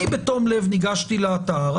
אני בתום-לב ניגשתי לאתר,